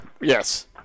Yes